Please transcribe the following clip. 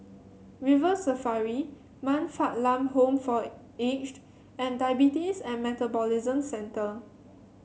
River Safari Man Fatt Lam Home for Aged and Diabetes and Metabolism Centre